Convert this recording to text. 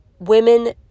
women